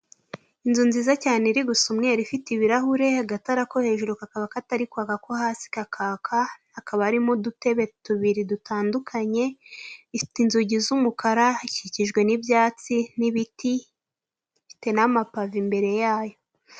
Inzu nziza cyane iri gusa umweru ifite ibirahure agatara ko hejuru kakaba katari kwaka ako hasi kakaka hakaba harimo udutebe tubiri dutandukanye ifite inzugi z'umukara ikikijwe n'ibyatsi ifite n'amapave imbere yayo.